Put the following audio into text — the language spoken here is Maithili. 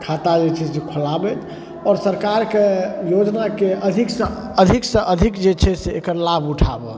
खाता जे छै से खोलाबथि आओर सरकारके योजनाके अधिकसँ अधिकसँ अधिक जे छै से एकर लाभ उठाबऽ